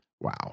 Wow